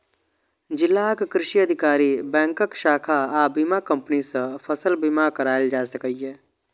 जिलाक कृषि अधिकारी, बैंकक शाखा आ बीमा कंपनी सं फसल बीमा कराएल जा सकैए